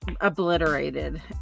obliterated